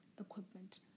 equipment